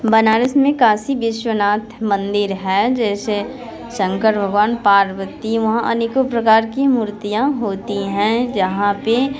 बनारस में काशी विश्वनाथ मंदिर है जैसे शंकर भगवान पार्वती माँ अनेकों प्रकार की मूर्तियाँ होती हैं जहाँ पर